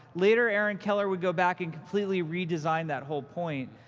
later, aaron keller would go back and completely redesign that whole point.